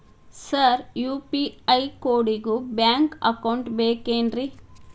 Sir UPI ಕೋಡಿಗೂ bank account ಬೇಕೆನ್ರಿ?